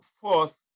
fourth